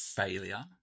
failure